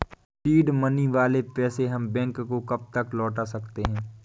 Seed money वाले पैसे हम बैंक को कब तक लौटा सकते हैं?